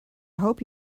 hope